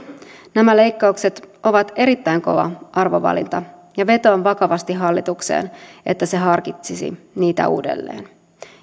nämä leikkaukset ovat erittäin kova arvovalinta ja vetoan vakavasti hallitukseen että se harkitsisi niitä uudelleen